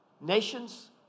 Nations